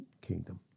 kingdom